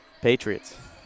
Patriots